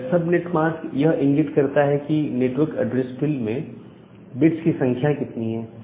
यह सब net mask यह इंगित करता है कि नेटवर्क एड्रेस फील्ड में बिट्स की संख्या कितनी है